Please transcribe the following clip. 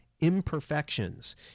imperfections